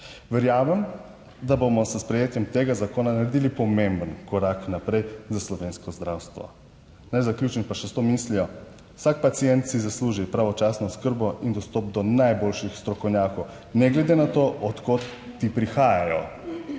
Verjamem, da bomo s sprejetjem tega zakona naredili pomemben korak naprej za slovensko zdravstvo. Naj zaključim pa še s to mislijo: vsak pacient si zasluži pravočasno oskrbo in dostop do najboljših strokovnjakov, ne glede na to, od kod ti prihajajo.